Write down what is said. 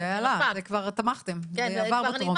זה עלה, כבר תמכתם, זה עבר טרומית.